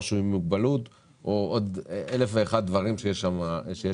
שהוא עם מוגבלות או עוד אלף ואחד דברים שיש בטופס.